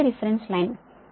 23 degree నుండి మీ IS